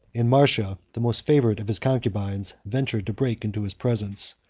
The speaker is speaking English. and marcia, the most favored of his concubines, ventured to break into his presence.